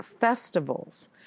festivals